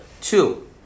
Two